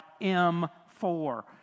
M4